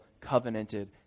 covenanted